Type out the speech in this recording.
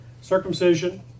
circumcision